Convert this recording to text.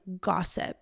gossip